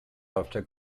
after